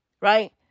Right